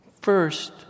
First